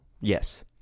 Yes